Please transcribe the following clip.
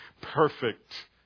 perfect